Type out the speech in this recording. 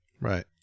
right